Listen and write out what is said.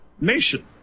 Nation